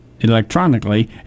electronically